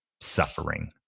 suffering